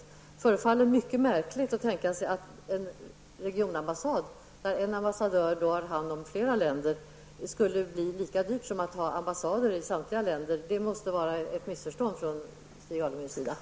Det förefaller mycket märkligt att en regionambassad, där en ambassadör har hand om flera länder, skulle bli lika dyr som ambassader i samtliga länder i regionen. Det måste vara ett missförstånd från Stig Alemyr.